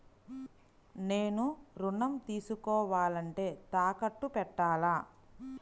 నేను ఋణం తీసుకోవాలంటే తాకట్టు పెట్టాలా?